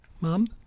mom